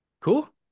Cool